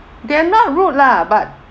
they are not rude lah but